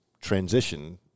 transition